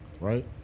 right